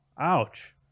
ouch